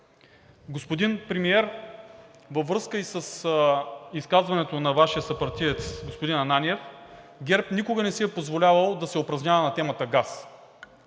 Господин Премиер, във връзка и с изказването на Вашия съпартиец – господин Ананиев, ГЕРБ никога не си е позволявал да се упражнява на темата газ.